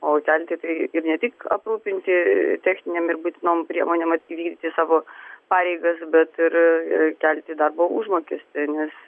o kelti tai ir ne tik aprūpinti techninėm ir būtinom priemonėm įvykdyti savo pareigas bet ir kelti darbo užmokestį nes